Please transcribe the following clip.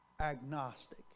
agnostic